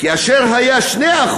כאשר הוא היה 2%,